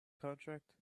contract